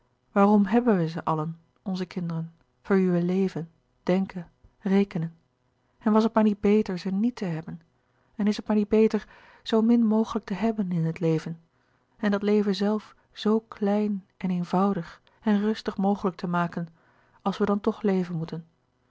waarom hebben wij ze allen onze kinderen voor wie wij leven denken rekenen en was het maar niet beter ze niet te hebben en is het maar niet beter zoo min mogelijk te hebben in het leven en dat leven zelf zoo klein en eenvoudig en rustig mogelijk te maken als we dan toch leven moeten